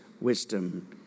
wisdom